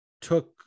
Took